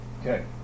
Okay